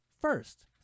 first